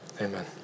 Amen